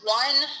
one